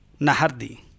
Nahardi